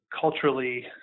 culturally